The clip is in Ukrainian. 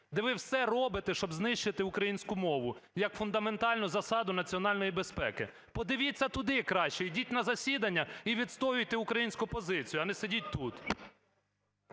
де ви все робите, щоб знищити українську мову як фундаментальну засаду національної безпеки. Подивіться туди краще. Йдіть на засідання і відстоюйте українську позицію, а не сидіть тут.